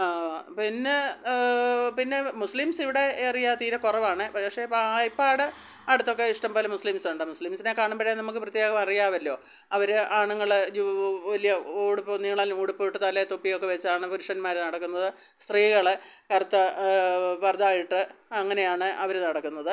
പിന്നെ പിന്നെ മുസ്ലിംസ് ഇവിടെ ഏറിയാൽ തീരെ കുറവാണ് പക്ഷെ ഇപ്പം ആയിപ്പാട് അടുത്തൊക്കെ ഇഷ്ടം പോലെ മുസ്ലിംസുണ്ട് മുസ്ലിംസിനെ കാണുമ്പോഴേ നമുക്ക് പ്രത്യേകം അറിയാമല്ലോ അവർ ആണുങ്ങൾ ജോ വലിയ ഉടുപ്പ് നീളൻ ഉടുപ്പു ഇട്ടു തലയിൽ തൊപ്പിയൊക്കെ വെച്ചാണ് പുരുഷന്മാർ നടക്കുന്നത് സ്ത്രീകൾ കറുത്ത പർദ ഇട്ടു അങ്ങനെയാണ് അവർ നടക്കുന്നത്